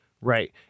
right